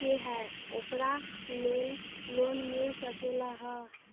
के है ओकरा लेल लोन मिल सकलक ह?